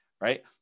Right